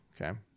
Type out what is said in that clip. Okay